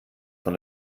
von